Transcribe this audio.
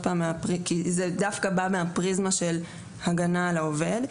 זה דווקא בא מהפריזמה של הגנה על העובד,